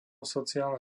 sociálne